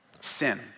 Sin